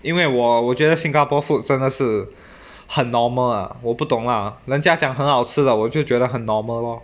因为我我觉得 singapore food 真的是很 normal ah 我不懂啦人家讲很好吃啦我就觉得很 normal lor